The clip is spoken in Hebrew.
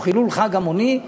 או חילול חג המוני,